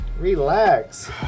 relax